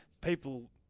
people